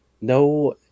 no